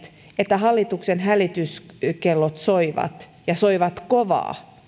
että hallituksen hälytyskellot soivat ja soivat kovaa